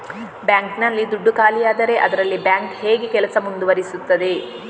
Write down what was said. Bank ನಲ್ಲಿ ದುಡ್ಡು ಖಾಲಿಯಾದರೆ ಅದರಲ್ಲಿ ಬ್ಯಾಂಕ್ ಹೇಗೆ ಕೆಲಸ ಮುಂದುವರಿಸುತ್ತದೆ?